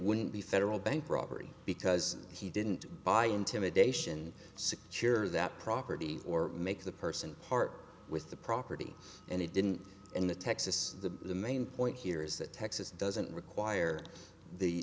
wouldn't be federal bank robbery because he didn't by intimidation secure that property or make the person part with the property and it didn't in the texas the the main point here is that texas doesn't require the